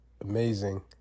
Amazing